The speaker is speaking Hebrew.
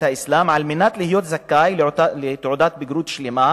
האסלאם על מנת להיות זכאי לתעודת בגרות שלמה,